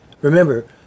Remember